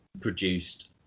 produced